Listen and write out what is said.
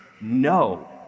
no